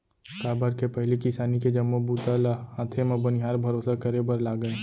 काबर के पहिली किसानी के जम्मो बूता ल हाथे म बनिहार भरोसा करे बर लागय